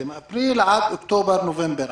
מאפריל עד אוקטובר-נובמבר.